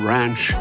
Ranch